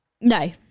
No